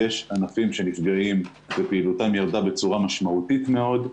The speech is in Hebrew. יש ענפים שנפגעים ופעילותם ירדה בצורה משמעותית מאוד,